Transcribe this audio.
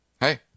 hey